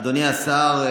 אדוני השר,